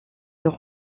sur